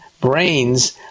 brain's